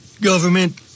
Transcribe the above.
government